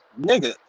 nigga